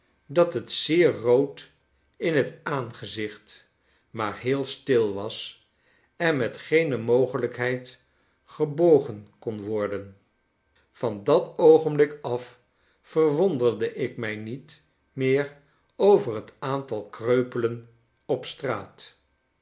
dat het zeer rood in het aangezicht maar heel stil was en met geene mogelijkheid gebogen kon worden van dat oogenblik af verwonderde ik mij niet meer over het aantal kreupelen op straat